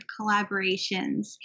collaborations